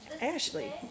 Ashley